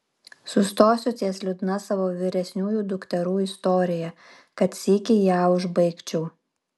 sustosiu ties liūdna savo vyresniųjų dukterų istorija kad sykį ją užbaigčiau